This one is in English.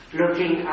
looking